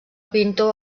pintor